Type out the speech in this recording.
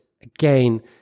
again